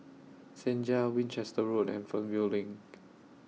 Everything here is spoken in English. Senja Winchester Road and Fernvale LINK